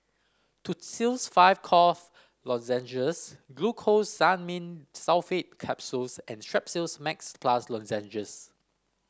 Tussils five Cough Lozenges Glucosamine Sulfate Capsules and Strepsils Max Plus Lozenges